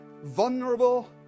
vulnerable